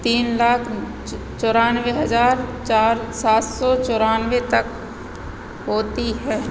तीन लाख चौरानवे हजार चार सात सौ चौरानवे तक होती है